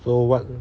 so what